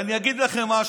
ואני אגיד לכם משהו,